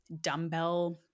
dumbbell